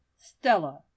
Stella